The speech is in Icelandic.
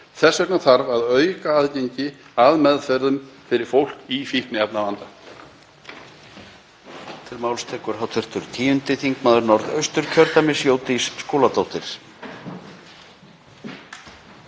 Þess vegna þarf að auka aðgengi að meðferðum fyrir fólk í fíkniefnavanda.